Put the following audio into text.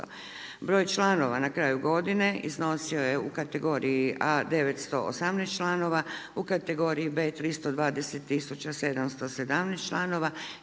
Broj članova na kraju godine iznosio je u kategoriji A 918 članova, u kategoriji B 320.717 članova